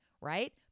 right